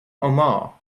omar